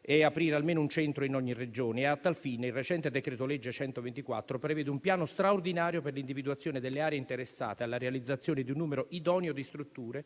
è aprire almeno un centro in ogni Regione e, a tal fine, il recente decreto-legge n. 124 prevede un piano straordinario per l'individuazione delle aree interessate alla realizzazione di un numero idoneo di strutture